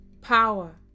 Power